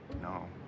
No